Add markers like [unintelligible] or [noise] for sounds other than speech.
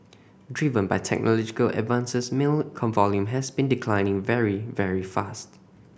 driven by technological advances mail [unintelligible] volume has been declining very very fast